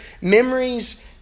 memories